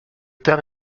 terme